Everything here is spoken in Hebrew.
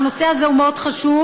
הנושא הזה הוא מאוד חשוב,